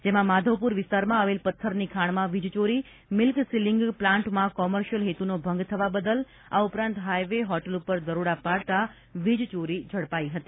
જેમાં માધવપુર વિસ્તારમાં આવેલ પથ્થરની ખાણમાં વીજ ચોરી મિલ્ક સીલીંગ પ્લાન્ટમાં કોમર્શીયલ હેતુનો ભંગ થવા બદલ આ ઉપરાંત હાઇવે હોટલ પર દરોડા પાડતા વીજચોરી ઝડપાઇ હતી